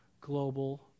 global